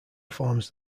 forms